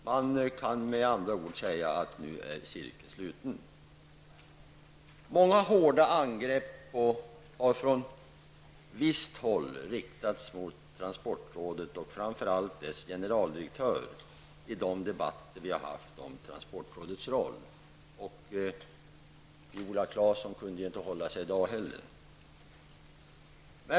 Man kan med andra ord säga att cirkeln nu är sluten. Många hårda angrepp har från visst håll riktats mot transportrådet och framför allt mot dess generaldirektör i de debatter vi har haft om transportrådets roll. Och Viola Claesson kunde inte hålla sig i dag heller.